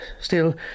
Still